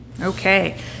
Okay